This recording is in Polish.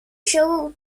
się